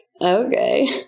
okay